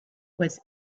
was